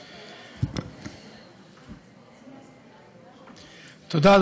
תודה.